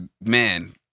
Man